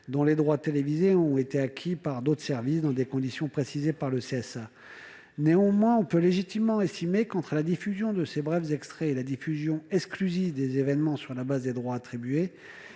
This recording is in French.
dont les droits télévisés ont été acquis par d'autres services. Néanmoins, on peut légitimement estimer que, entre la diffusion de ces brefs extraits et la diffusion exclusive des événements sur la base des droits attribués,